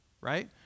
right